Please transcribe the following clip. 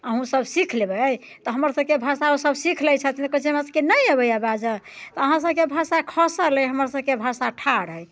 अहूँ सब सीख लेबै तऽ हमर सबके भाषा ओ सब सीख लै छथिन कहै छै की हमरा सबके नहि अबैये बाजऽ तऽ अहाँ सबके भाषा खसल अइ हमर सबके भाषा ठाड़ अइ